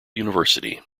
university